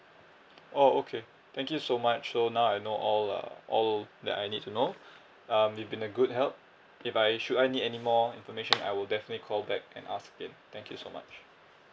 oh okay thank you so much so now I know all uh all that I need to know um you've been a good help if I should I need anymore information I will definitely call back and ask again thank you so much